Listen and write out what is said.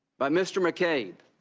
by mr. mccabe,